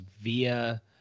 via